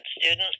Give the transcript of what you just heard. student